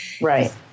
Right